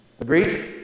Agreed